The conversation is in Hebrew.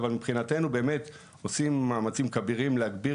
אבל מבחינתנו באמת עושים מאמצים כבירים להגביר